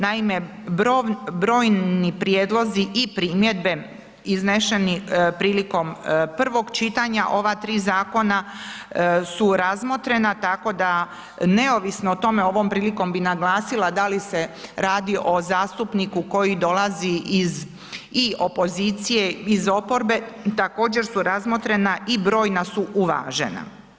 Naime, brojni prijedlozi i primjedbe izneseni prilikom prvog čitanja ova tri zakona su razmotrena tako da neovisno o tome, ovom prilikom bi naglasila da li se radi o zastupniku koji dolazi iz pozicije, iz oporbe, također su razmotrena i brojna su uvažena.